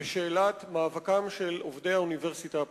בשאלת מאבקם של עובדי האוניברסיטה הפתוחה.